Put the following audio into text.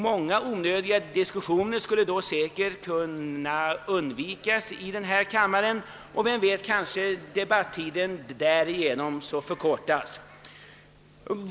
Många onödiga diskussioner skulle då säkert kunna undvikas i denna kammare, och kanske debattiden därigenom skulle förkortas.